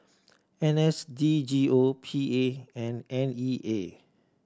N S D G O P A and N E A